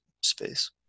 space